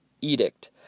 edict